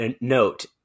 note